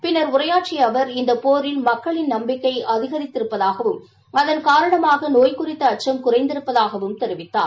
பின்னா் உரையாற்றிய அவா் இந்த போரில் மக்களின் நம்பிக்கை அதிகரித்திருப்பதாகவும் அகன் காரணமாக நோய் குறித்த அச்சம் குறைந்திருப்பதாகவும் தெரிவித்தார்